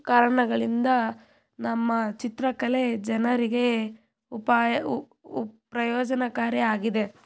ಕಾರಣಗಳಿಂದ ನಮ್ಮ ಚಿತ್ರಕಲೆ ಜನರಿಗೆ ಉಪಾಯ ಪ್ರಯೋಜನಕಾರಿ ಆಗಿದೆ